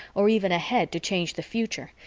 or even ahead to change the future,